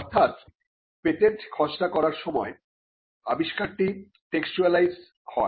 অর্থাৎ পেটেন্ট খসড়া করার সময় আবিষ্কারটি টেক্সচুয়ালাইজড হয়